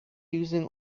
using